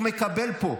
הוא מקבל פה.